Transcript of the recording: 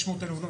500,000 דונם,